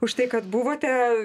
už tai kad buvote